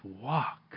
walk